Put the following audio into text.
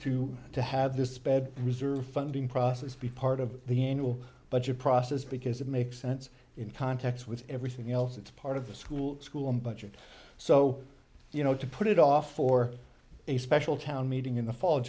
to to have this bed reserve funding process be part of the annual budget process because it makes sense in context with everything else it's part of the school school budget so you know to put it off for a special town meeting in the fall